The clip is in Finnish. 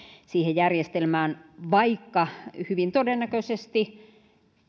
siihen järjestelmään vaikka hyvin todennäköisesti